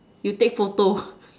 you take photo